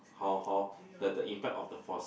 how how the the impact of the force